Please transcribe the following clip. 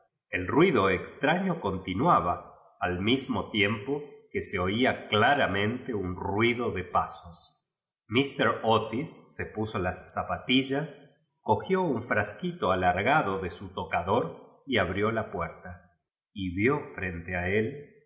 el ruido extraño continuaba al mismo tiempo que se oía duramente un ruido de pasos míster otis se puso las zapatillas cogió ntt frasquito alargado de m tocador y abrió jut puerta y vid frente a él